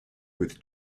with